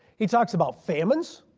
he talks about famines,